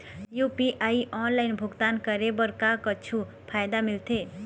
UPI online भुगतान करे बर का कुछू फायदा मिलथे?